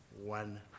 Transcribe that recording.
one